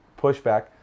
Pushback